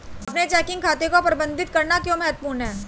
अपने चेकिंग खाते को प्रबंधित करना क्यों महत्वपूर्ण है?